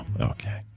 okay